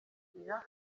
nzira